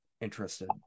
interested